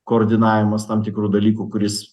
koordinavimas tam tikrų dalykų kuris